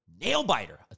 nail-biter